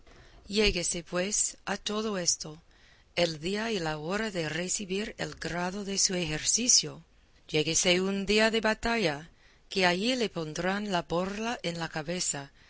lléguese pues a todo esto el día y la hora de recebir el grado de su ejercicio lléguese un día de batalla que allí le pondrán la borla en la cabeza